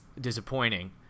disappointing